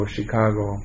Chicago